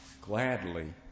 gladly